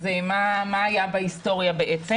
מה היה בהיסטוריה.